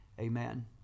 Amen